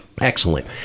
Excellent